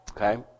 Okay